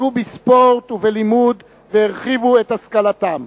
עסקו בספורט ובלימוד והרחיבו את השכלתם.